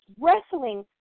wrestling